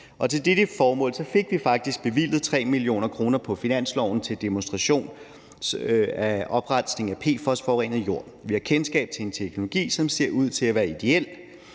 til dette formål fik vi faktisk bevilget 3 mio. kr. på finansloven til demonstration af oprensning af PFOS-forurenet jord. Vi har kendskab til en teknologi, som ser ud til at være ideel.